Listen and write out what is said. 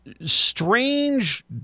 strange